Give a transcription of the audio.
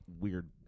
weird